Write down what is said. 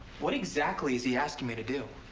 what exactly is he asking me to do?